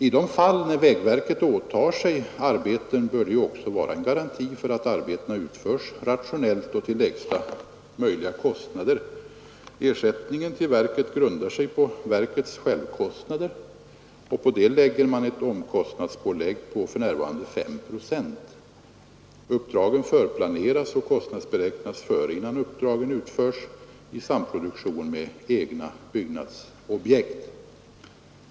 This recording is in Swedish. I de fall vägverket åtar sig arbeten bör det också vara en garanti för att arbetena utförs rationellt och till lägsta möjliga kostnader. Ersättningen till verket grundar sig ju på verkets självkostnader. På dessa lägger man ett omkostnadspåslag om för närvarande 5 procent. Uppdragen förplaneras och kostnadsberäknas innan de utförs i samproduktion med egna byggnadsprojekt.